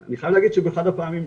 שאני חייב להגיד שבאחד הפעמים,